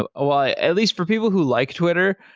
ah um ah at least for people who like twitter,